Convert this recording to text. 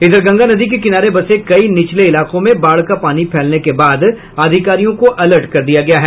इधर गंगा नदी के किनारे बसे कई निचले इलाकों में बाढ़ का पानी फैलने के बाद अधिकारियों को अलर्ट कर दिया गया है